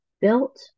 built